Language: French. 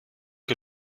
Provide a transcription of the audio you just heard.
que